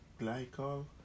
glycol